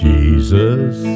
Jesus